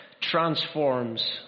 transforms